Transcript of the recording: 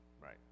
Right